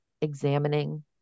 examining